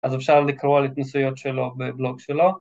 אז אפשר לקרוא על התנסויות שלו בבלוג שלו.